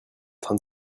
train